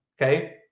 okay